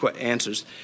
answers